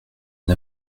une